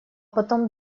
потом